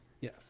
Yes